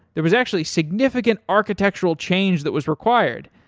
there was actually significant architectural change that was required.